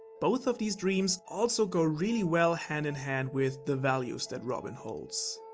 both of these dreams also go really well hand in hand with the values that robin holds.